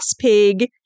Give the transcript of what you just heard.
pig